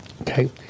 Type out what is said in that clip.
Okay